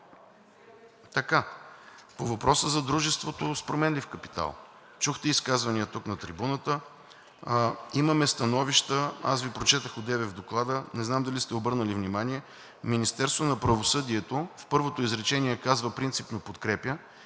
По въпроса за дружеството с променлив капитал. Чухте изказвания тук на трибуната, имаме становища. Аз Ви прочетох одеве в Доклада, не знам зали сте обърнали внимание, Министерството на правосъдието в първото изречение казва „принципно подкрепя“